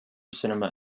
cinema